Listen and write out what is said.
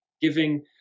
giving